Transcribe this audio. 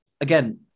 again